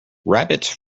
rabbits